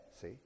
See